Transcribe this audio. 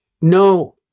No